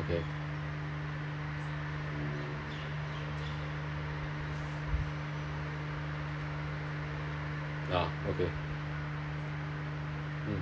okay ah okay mm